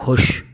खुश